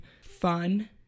fun